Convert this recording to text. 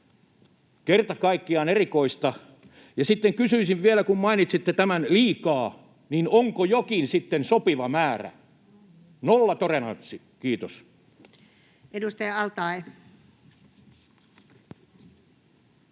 kerta kaikkiaan erikoista. Sitten kysyisin vielä, kun mainitsitte tämän ”liikaa”: onko jokin sitten sopiva määrä? Nollatoleranssi, kiitos. [Speech 53]